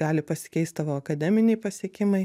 gali pasikeist tavo akademiniai pasiekimai